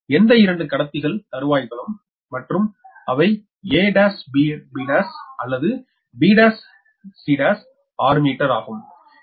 மற்றும் எந்த 2 கடத்திகள் தருவாய்களும் மற்றும் அவை a1b1 or b1c1 6 மீட்டர் ஆகும்